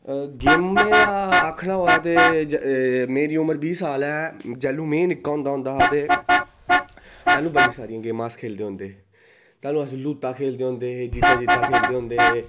गेमां आक्खना होऐ ते मेरी उमर बीह् साल ऐ जैलूं में निक्का होंदा हा ते तैलूं बड़ियां सारियां गेमां अस खेल्लदे होंदे हे तैलूं अस लूत्ता खेल्लदे होंदे जीता जीता खेल्लदे होंदे हे